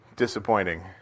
disappointing